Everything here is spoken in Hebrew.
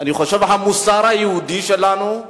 אני חושב שהמוסר היהודי שלנו,